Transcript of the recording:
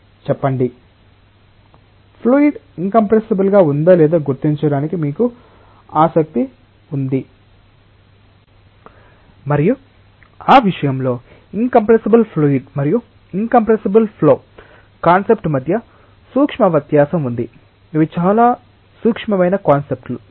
చెప్పండి fluid incompressible గా ఉందో లేదో గుర్తించడానికి మీకు ఆసక్తి ఉంది మరియు ఆ విషయంలో ఇన్కంప్రెస్సబుల్ ఫ్లూయిడ్ మరియు ఇన్కంప్రెస్సబుల్ ఫ్లో కాన్సెప్ట్ మధ్య సూక్ష్మ వ్యత్యాసం ఉంది ఇవి చాలా సూక్ష్మమైన కాన్సెప్ట్స్ లు